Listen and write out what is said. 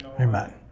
amen